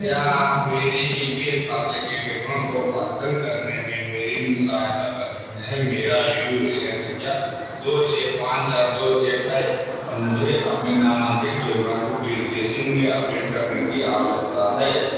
क्या आप मेरे ई पी एफ खाते के विवरण को अद्यतन करने में मेरी सहायता कर सकते हैं मेरा यू ए एन सँख्या दो छह पाँच चार दो एक है और मुझे अपने नामान्कित विवरण को कीर्ति सिंह में अपडेट करने की आवश्यकता है